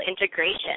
integration